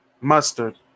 mustard